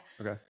Okay